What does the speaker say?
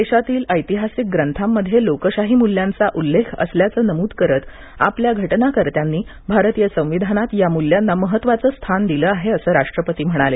देशातील ऐतिहासिक ग्रंथांमध्ये लोकशाही मूल्यांचा उल्लेख असल्याचं नमूद करत आपल्या घटनाकर्त्यांनी भारतीय संविधानात या मूल्यांना महत्वाचं स्थान दिलं आहे असं राष्ट्रपती म्हणाले